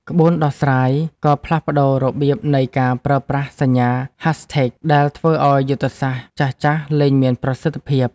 ក្បួនដោះស្រាយក៏ផ្លាស់ប្តូររបៀបនៃការប្រើប្រាស់សញ្ញា Hashtags ដែលធ្វើឱ្យយុទ្ធសាស្ត្រចាស់ៗលែងមានប្រសិទ្ធភាព។